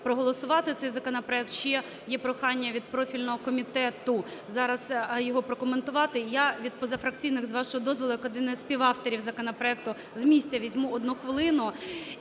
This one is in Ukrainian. проголосувати цей законопроект. Ще є прохання від профільного комітету зараз його прокоментувати. Я від позафракційних, з вашого дозволу, як один із співавторів законопроекту з місця візьму одну хвилину